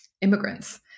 immigrants